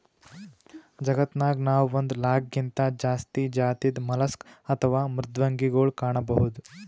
ಜಗತ್ತನಾಗ್ ನಾವ್ ಒಂದ್ ಲಾಕ್ಗಿಂತಾ ಜಾಸ್ತಿ ಜಾತಿದ್ ಮಲಸ್ಕ್ ಅಥವಾ ಮೃದ್ವಂಗಿಗೊಳ್ ಕಾಣಬಹುದ್